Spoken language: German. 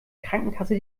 krankenkasse